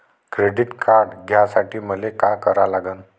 Credit card घ्यासाठी मले का करा लागन?